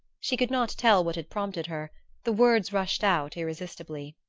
she could not tell what had prompted her the words rushed out irresistibly.